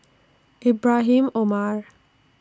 Ibrahim Omar